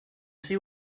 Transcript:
see